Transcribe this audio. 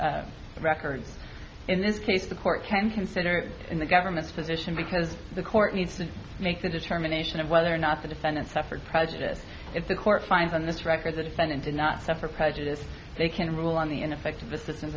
the record in this case the court can consider it in the government's position because the court needs to make the determination of whether or not the defendant suffered prejudice if the court finds on this record the defendant did not suffer prejudice they can rule on the ineffective assistance